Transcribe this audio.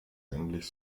endlich